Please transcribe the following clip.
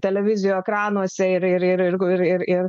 televizijų ekranuose ir ir ir ir ir ir